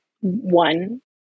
one